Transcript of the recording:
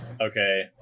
Okay